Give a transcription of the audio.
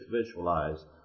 visualized